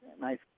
nice